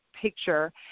Picture